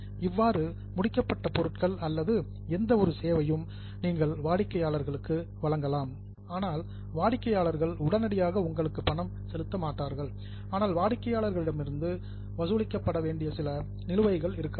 இவ்வாறு முடிக்கப்பட்ட பொருட்கள் அல்லது எந்த ஒரு சேவையும் நீங்கள் வாடிக்கையாளர்களுக்கு வழங்கலாம் ஆனால் வாடிக்கையாளர்கள் உடனடியாக உங்களுக்கு பணம் செலுத்த மாட்டார்கள் அதனால் வாடிக்கையாளர்களிடம் இருந்து வசூலிக்கப்பட வேண்டிய சில நிலுவைகள் இருக்கலாம்